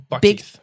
big